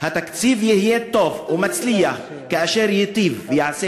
התקציב יהיה טוב ומצליח כאשר ייטיב ויעשה